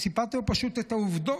סיפרתי לו פשוט את העובדות,